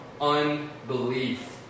unbelief